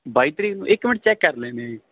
ਬਾਈ ਤਰੀਕ ਨੂੰ ਇੱਕ ਮਿੰਟ ਚੈੱਕ ਕਰ ਲੈਂਦੇ